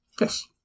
yes